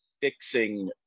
fixing